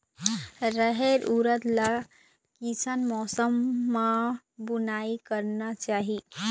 रहेर उरद ला कैसन मौसम मा बुनई करना चाही?